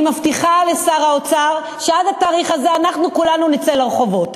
אני מבטיחה לשר האוצר שעד התאריך הזה אנחנו כולנו נצא לרחובות,